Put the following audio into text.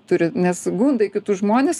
turi nes gundai kitus žmonis